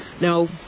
now